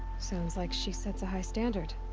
sounds like she sets a high standard.